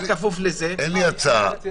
אין לי הצעה.